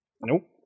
Nope